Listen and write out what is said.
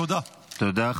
תודה תודה.